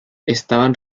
estaban